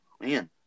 Man